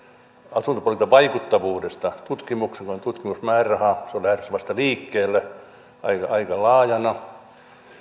asuntopolitiikan vaikuttavuudesta tutkimuksen on tutkimusmääräraha se on lähdössä vasta liikkeelle aika laajana